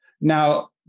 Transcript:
Now